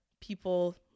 people